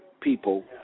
people